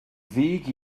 ddig